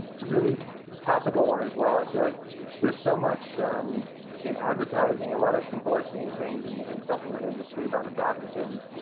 really topical one as well. i feel like there's so much in advertising, a lot of people are seeing things and in supplement industry about adaptogens.